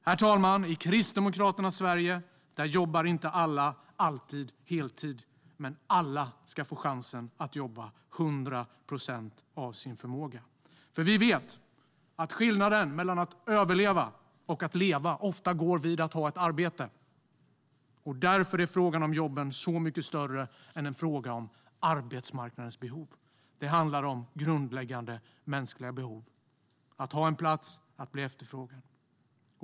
Herr talman! I Kristdemokraternas Sverige jobbar inte alla alltid heltid, men alla ska få chansen att jobba 100 procent av sin förmåga. Vi vet att skillnaden mellan att överleva och att leva ofta är ett arbete. Därför är frågan om jobben så mycket större än arbetsmarknadens behov. Det handlar om grundläggande mänskliga behov: att ha en plats och vara efterfrågad.